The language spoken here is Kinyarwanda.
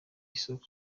isoko